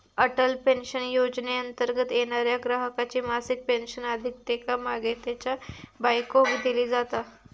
Atal pension योजनेंतर्गत येणाऱ्या ग्राहकाची मासिक पेन्शन आधी त्येका मागे त्येच्या बायकोक दिली जाता